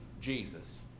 Jesus